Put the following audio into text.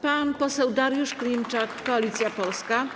Pan poseł Dariusz Klimczak, Koalicja Polska.